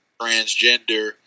transgender